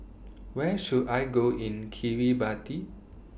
Where should I Go in Kiribati